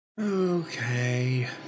Okay